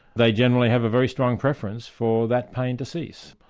they generally have a very strong preference for that pain to cease,